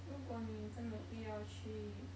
如果你真的不要去